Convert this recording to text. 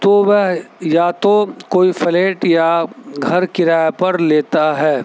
تو وہ یا تو کوئی فلیٹ یا گھر کرائے پر لیتا ہے